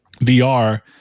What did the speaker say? VR